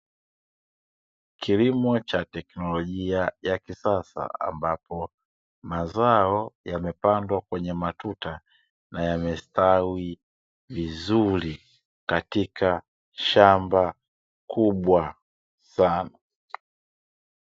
Kilimo cha technolojia ya kisasa ambapo mazao yamepandwa kwenye matuta na yamestawi vizuri katika shamba kubwa sana.